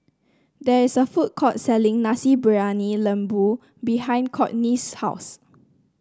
there is a food court selling Nasi Briyani Lembu behind Cortney's house